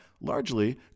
largely